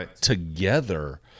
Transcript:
together